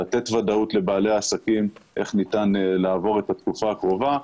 לתת ודאות לבעלי העסקים איך ניתן לעבור את התקופה הקרובה.